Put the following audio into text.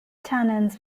tannins